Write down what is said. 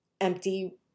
empty